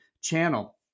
channel